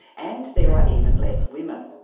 and there are even less women.